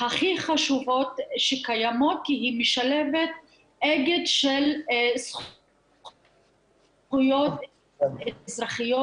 הכי חשובות שקיימות כי היא משלבת אגד של זכויות אזרחיות,